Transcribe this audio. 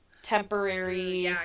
temporary